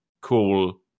cool